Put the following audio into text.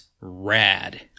rad